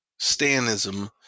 Stanism